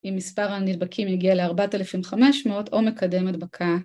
אם מספר הנדבקים יגיע ל-4500 או מקדם הדבקה.